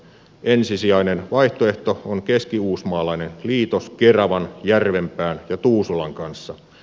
ensisijainen vaihtoehto on keskiuusmaalainen liitos keravan järvenpään ja tuusulan kanssa